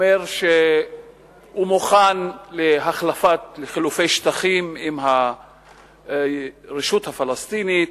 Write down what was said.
אומר שהוא מוכן לחילופי שטחים עם הרשות הפלסטינית,